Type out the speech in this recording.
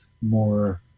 more